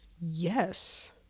Yes